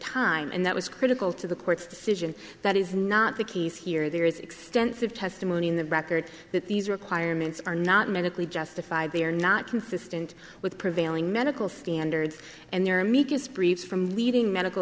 time and that was critical to the court's decision that is not the case here there is extensive testimony in the record that these requirements are not medically justified they are not consistent with prevailing medical standards and there are meekest briefs from leading medical